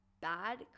bad